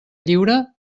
lliure